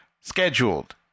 scheduled